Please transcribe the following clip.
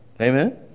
Amen